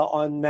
on